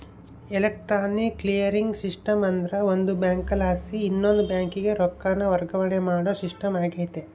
electronic clearing system ಅಂದ್ರ ಒಂದು ಬ್ಯಾಂಕಲಾಸಿ ಇನವಂದ್ ಬ್ಯಾಂಕಿಗೆ ರೊಕ್ಕಾನ ವರ್ಗಾವಣೆ ಮಾಡೋ ಸಿಸ್ಟಮ್ ಆಗೆತೆ